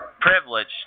privileged